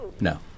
No